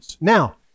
Now